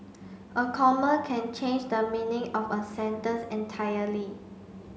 a comma can change the meaning of a sentence entirely